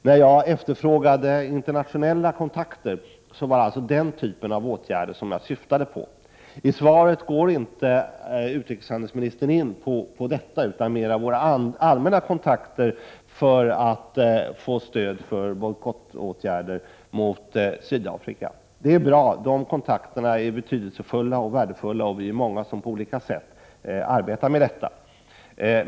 När jag efterfrågade internationella kontakter var det den typen av åtgärder jag syftade på. I svaret går utrikeshandelsministern inte in på detta, utan mera på våra allmänna kontakter för att få stöd för bojkottåtgärder mot Sydafrika. De kontakterna är betydelsefulla och värdefulla, och vi är många som på olika sätt arbetar med detta.